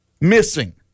Missing